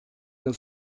yıl